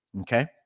Okay